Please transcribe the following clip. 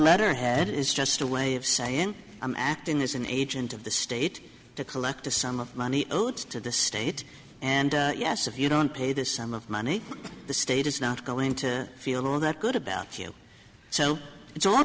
letterhead is just a way of saying i'm acting as an agent of the state to collect a sum of money owed to the state and yes if you don't pay this sum of money the state is not going to feel all that good about you so it's